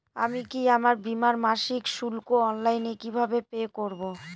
আমি কি আমার বীমার মাসিক শুল্ক অনলাইনে কিভাবে পে করব?